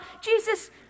Jesus